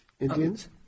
Indians